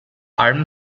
allem